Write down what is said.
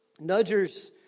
nudgers